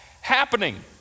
happening